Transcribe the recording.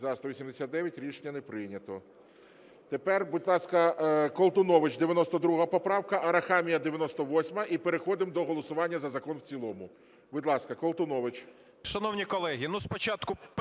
За-189 Рішення не прийнято. Тепер, будь ласка, Колтунович 92 поправка, Арахамія 98-а, і переходимо до голосування за закон в цілому. Будь ласка, Колтунович.